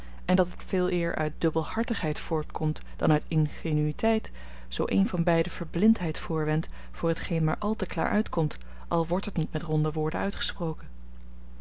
en dat het veeleer uit dubbelhartigheid voortkomt dan uit ingenuïteit zoo een van beiden verblindheid voorwendt voor hetgeen maar al te klaar uitkomt al wordt het niet met ronde woorden uitgesproken